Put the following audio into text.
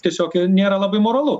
tiesiog nėra labai moralu